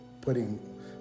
putting